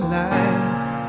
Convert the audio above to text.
life